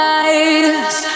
eyes